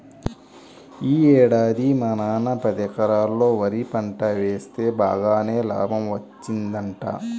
యీ ఏడాది మా నాన్న పదెకరాల్లో వరి పంట వేస్తె బాగానే లాభం వచ్చిందంట